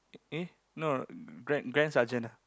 eh no grand grand sergeant ah